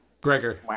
Gregor